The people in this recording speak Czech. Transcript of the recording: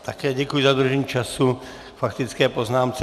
Také děkuji za dodržení času k faktické poznámce.